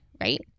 right